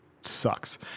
sucks